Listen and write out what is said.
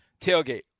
tailgate